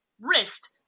wrist